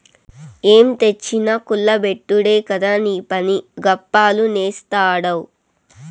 ఏం తెచ్చినా కుల్ల బెట్టుడే కదా నీపని, గప్పాలు నేస్తాడావ్